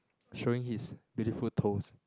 showing his beautiful toes